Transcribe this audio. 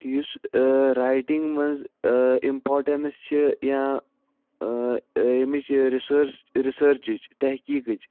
یُس رایٹِنٛگ منٛز اِمپاٹٮ۪نٕس چھِ یا ییٚمِچ یہِ رِسٲر رِسٲچِچ تحقیٖقٕچ